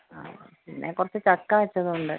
ആ പിന്നെ കുറച്ച് ചക്ക വെച്ചതും ഉണ്ട്